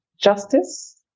justice